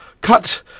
cut